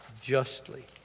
justly